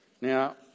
Now